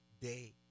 day